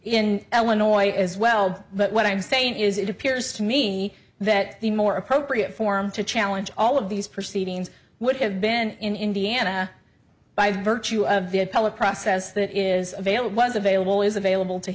in illinois as well but what i'm saying is it appears to me that the more appropriate form to challenge all of these proceedings would have been in indiana by virtue of the appellate process that is availed was available is available to